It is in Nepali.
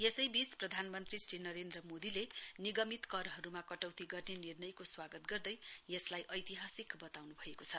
यसैबीच प्रधानमन्त्री श्री नरेन्द्र मोदीले निगमित करहरूमा कटौती गर्ने निर्णयको स्वागत गर्दै यसलाई ऐतिहासिक बताउन्भएको छ